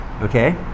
okay